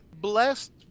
blessed